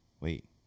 Wait